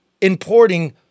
importing